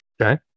Okay